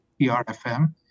PRFM